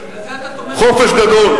חופש גדול.